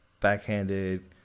backhanded